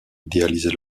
idéalisé